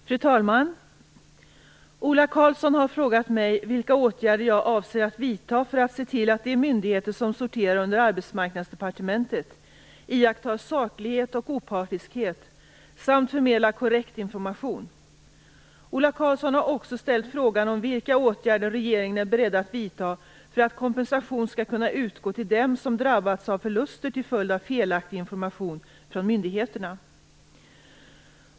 Fru talman! Ola Karlsson har frågat mig vilka åtgärder jag avser att vidta för att se till att de myndigheter som sorterar under Arbetsmarknadsdepartementet iakttar saklighet och opartiskhet samt förmedlar korrekt information. Ola Karlsson har också ställt frågan om vilka åtgärder regeringen är beredd att vidta för att kompensation skall kunna utgå till dem som drabbas av förluster till följd av felaktig information från myndigheterna.